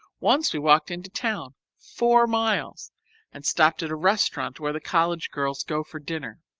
once we walked into town four miles and stopped at a restaurant where the college girls go for dinner.